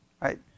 Right